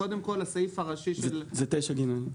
קודם כל הסעיף הראשי של --- זה 9(ג),